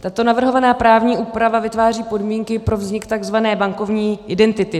Tato navrhovaná právní úprava vytváří podmínky pro vznik takzvané bankovní identity.